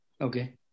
Okay